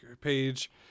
page